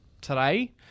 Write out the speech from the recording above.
today